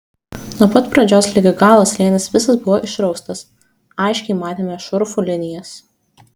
nuo pat pradžios ligi galo slėnis visas buvo išraustas aiškiai matėme šurfų linijas